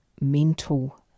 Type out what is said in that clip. mental